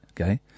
okay